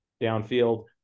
downfield